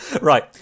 Right